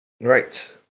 Right